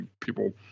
people